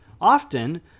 often